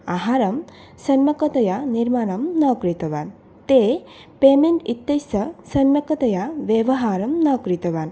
आहारं सम्यक्तया निर्माणं न कृतवान् ते पेमेण्ट् इत्यस्य सम्यक्तया व्यवहारं न कृतवान्